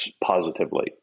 positively